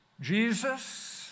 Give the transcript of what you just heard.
Jesus